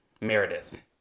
meredith